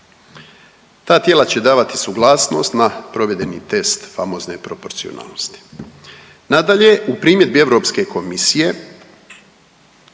Ta tijela će davati suglasnost na provedeni test famozne proporcionalnosti. Nadalje, u primjedbi Europske komisije,